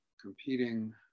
competing